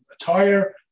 attire